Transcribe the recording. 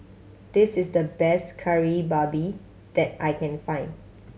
this is the best Kari Babi that I can find